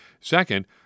Second